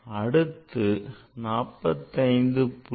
அடுத்தது 45